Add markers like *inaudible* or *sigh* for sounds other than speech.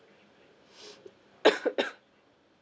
*breath* *coughs*